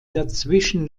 dazwischen